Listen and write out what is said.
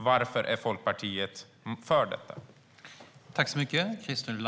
Varför är Liberalerna för detta?